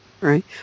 Right